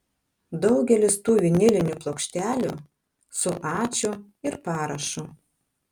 daugelis tų vinilinių plokštelių su ačiū ir parašu